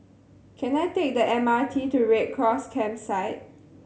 can I take the M R T to Red Cross Campsite